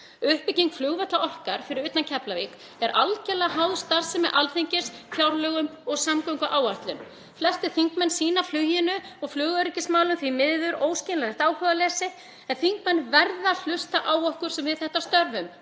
Uppbygging flugvalla okkar fyrir utan Keflavík er algerlega háð starfsemi Alþingis, fjárlögum og samgönguáætlun. Flestir þingmenn sýna fluginu og flugöryggismálum því miður óskiljanlegt áhugaleysi, en þingmenn verða að hlusta á okkur sem við þetta störfum